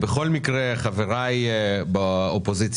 בכל מקרה, חבריי באופוזיציה,